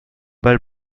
bal